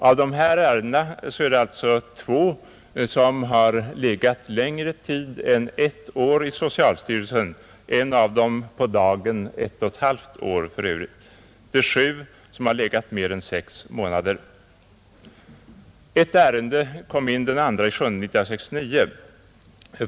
Av dessa ärenden är det alltså två som har legat längre tid än ett år i socialstyrelsen, ett av dem för övrigt på dagen ett och ett halvt år, och sju har legat mer än sex månader. Ett ärende kom in den 2/7 1969.